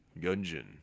Gungeon